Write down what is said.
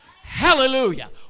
Hallelujah